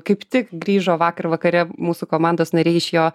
kaip tik grįžo vakar vakare mūsų komandos nariai iš jo